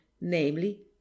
namely